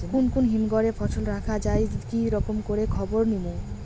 কুন কুন হিমঘর এ ফসল রাখা যায় কি রকম করে খবর নিমু?